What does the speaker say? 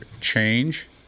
change